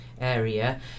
area